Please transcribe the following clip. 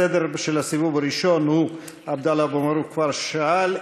הסדר של הסיבוב הראשון הוא: עבדאללה אבו מערוף כבר שאל,